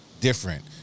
different